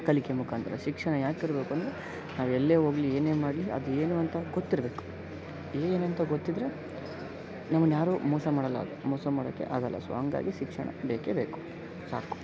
ಕಲಿಕೆ ಮುಖಾಂತರ ಶಿಕ್ಷಣ ಯಾಕಿರಬೇಕು ಅಂದರೆ ನಾವೆಲ್ಲೇ ಹೋಗ್ಲಿ ಏನೇ ಮಾಡಲಿ ಅದು ಏನು ಅಂತ ಗೊತ್ತಿರಬೇಕು ಏನು ಅಂತ ಗೊತ್ತಿದ್ದರೆ ನಮ್ಮನ್ನು ಯಾರೂ ಮೋಸ ಮಾಡೋಲ್ಲ ಮೋಸ ಮಾಡೋಕ್ಕೆ ಆಗೋಲ್ಲ ಸೊ ಹಂಗಾಗಿ ಶಿಕ್ಷಣ ಬೇಕೇ ಬೇಕು ಸಾಕು